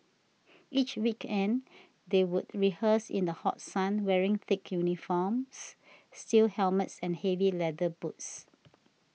each weekend they would rehearse in the hot sun wearing thick uniforms steel helmets and heavy leather boots